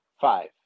five